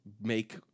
make